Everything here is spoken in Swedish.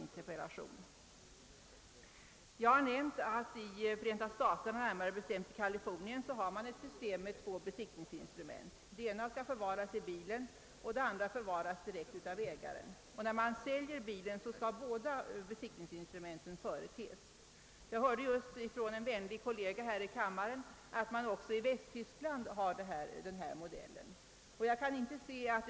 I interpellationen nämnde jag att man i Förenta staterna, närmare bestämt i Kalifornien, har ett system med två besiktningsinstrument. Det ena skall förvaras i bilen och det andra förvaras av ägaren. När man säljer bilen skall båda besiktningsinstrumenten kunna företes. Jag hörde nyss från en vänlig kollega här i kammaren att man också i Västtyskland tillämpar detta förfaringssätt.